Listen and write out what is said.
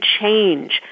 change